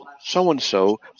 so-and-so